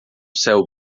céu